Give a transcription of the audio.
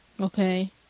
Okay